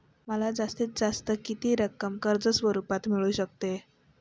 मला जास्तीत जास्त किती रक्कम कर्ज स्वरूपात मिळू शकते?